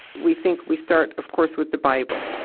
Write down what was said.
we think we start, of course, with the bible.